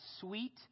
sweet